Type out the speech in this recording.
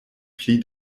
pli